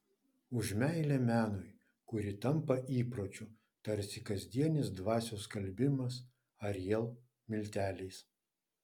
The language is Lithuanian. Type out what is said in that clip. už meilę menui kuri tampa įpročiu tarsi kasdienis dvasios skalbimas ariel milteliais